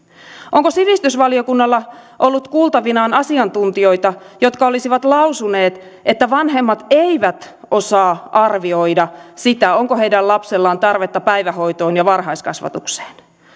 onko sivistysvaliokunnalla ollut kuultavanaan asiantuntijoita jotka olisivat lausuneet että vanhemmat eivät osaa arvioida sitä onko heidän lapsellaan tarvetta päivähoitoon ja varhaiskasvatukseen